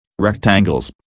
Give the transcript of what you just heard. rectangles